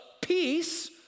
peace